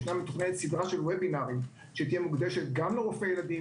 יש סדר שתהיה מוקדשת גם לרופאי ילדים,